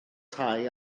tai